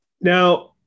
now